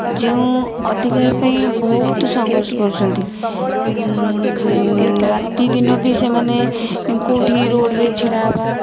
ଯେଉଁ ଅଧିକାର ପାଇଁ ବହୁତ ସଂଘର୍ଷ କରୁଛନ୍ତି ରାତିଦିନ ବି ସେମାନେ କେଉଁଠି ରୋଡ଼ରେ ଛିଡ଼ାହେବା